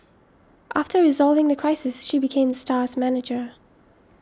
after resolving the crisis she became the star's manager